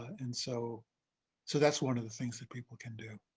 and so so that's one of the things that people can do.